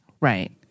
Right